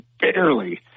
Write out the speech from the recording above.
barely